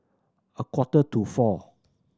a quarter to four